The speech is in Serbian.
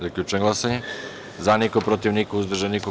Zaključujem glasanje: za – niko, protiv – niko, uzdržanih – nema.